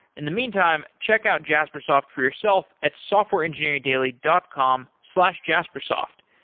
in the meantime, check out jaspersoft for yourself at softwareengineeringdaily dot com slash jaspersoft.